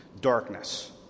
darkness